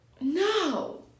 No